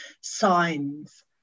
signs